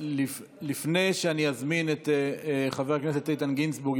לפני שאני אזמין את חבר הכנסת איתן גינזבורג,